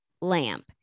lamp